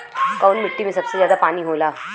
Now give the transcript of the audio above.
कौन मिट्टी मे सबसे ज्यादा पानी होला?